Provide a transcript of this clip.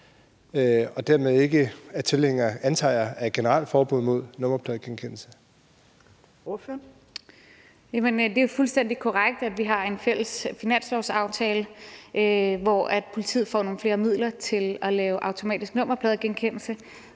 (Trine Torp): Ordføreren. Kl. 18:11 Rosa Lund (EL): Det er fuldstændig korrekt, at vi har en fælles finanslovsaftale, hvor politiet får nogle flere midler til at lave automatisk nummerpladegenkendelse.